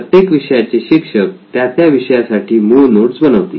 प्रत्येक विषयाचे शिक्षक त्या त्या विषयासाठी मूळ नोट्स बनवतील